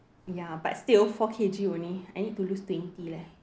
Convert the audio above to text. ya but still four K_G only I need to lose twenty leh